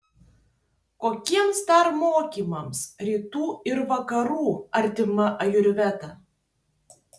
kokiems dar mokymams rytų ir vakarų artima ajurvedą